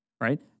Right